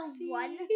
one